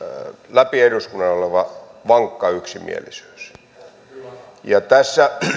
läpi eduskunnan oleva vankka yksimielisyys tässä